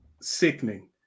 sickening